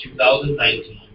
2019